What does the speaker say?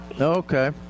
Okay